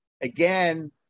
again